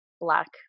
Black